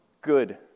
Good